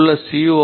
இங்குள்ள சி